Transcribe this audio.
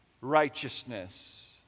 righteousness